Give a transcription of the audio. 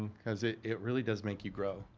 cause it it really does make you grow.